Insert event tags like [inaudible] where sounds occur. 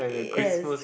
[noise] yes